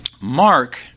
Mark